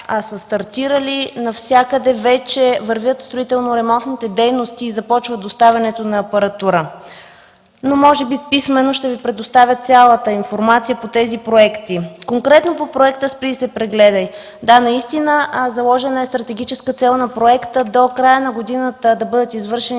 са стартирали. Навсякъде вече вървят строително-ремонтните дейности и започва доставянето на апаратура. Може би писмено ще Ви предоставя цялата информация по тези проекти. Конкретно по проекта „Спри и се прегледай” – да, наистина е заложена стратегическа цел на проекта до края на годината да бъдат извършени